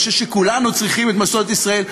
אני חושב שכולנו צריכים את מסורת ישראל.